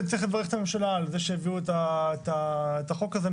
צריך לברך את הממשלה על זה שהביאו את החוק הזה.